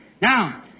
Now